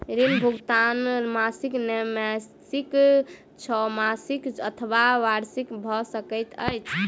ऋण भुगतान मासिक त्रैमासिक, छौमासिक अथवा वार्षिक भ सकैत अछि